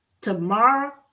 tomorrow